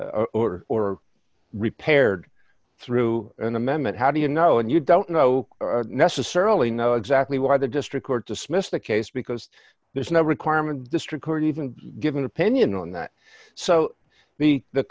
order or repaired through an amendment how do you know and you don't know necessarily know exactly why the district court dismissed the case because there's no requirement district court even give an opinion on that so me the